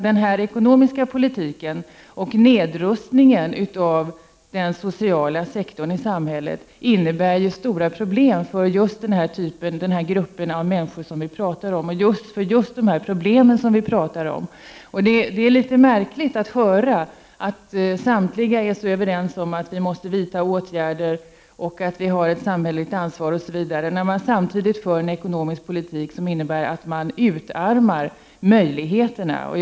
Den ekonomiska politiken och nedrustningen av den sociala sektorn i samhället innebär stora problem för just de grupper och de människor som vi pratar om. Det är märkligt att höra att samtliga är överens om att vi måste vidta åtgärder och att vi har ett samhälleligt ansvar, när det samtidigt förs en ekonomisk politik som innebär att möjligheterna utarmas.